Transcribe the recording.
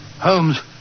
Holmes